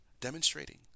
demonstrating